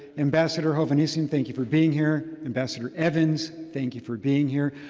ambassador hovhannissian, thank you for being here. ambassador evans, thank you for being here.